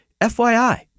FYI